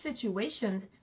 situations